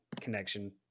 connection